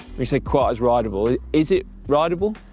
you said quite as rideable, is it rideable?